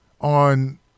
on